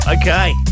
okay